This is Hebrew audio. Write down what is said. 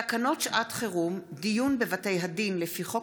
תקנות שעת חירום (דיון בבתי הדין לפי חוק